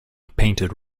painted